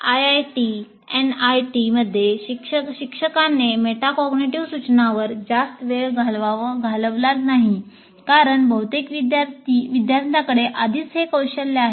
IIT एनआयटीमध्ये शिक्षकाने metacognitive सूचनांवर जास्त वेळ घालवला नाही कारण बहुतेक विद्यार्थ्यांकडे आधीच हे कौशल्य आहे